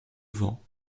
vent